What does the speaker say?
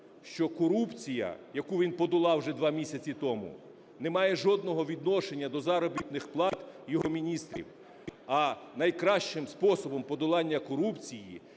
що корупція, яку він подолав вже два місяці тому, не має жодного відношення до заробітних плат його міністрів. А найкращим способом подолання корупції